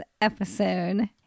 episode